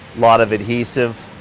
lot of adhesive,